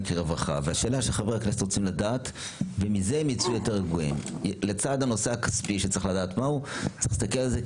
עדי ברקן, צריך לסיים.